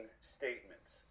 statements